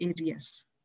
areas